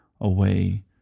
away